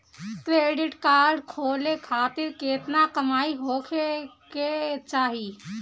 Credit card खोले खातिर केतना कमाई होखे के चाही?